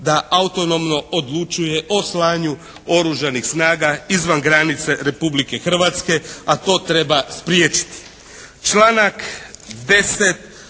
da autonomno odlučuje o slanju oružanih snaga izvan granice Republike Hrvatske, a to treba spriječiti.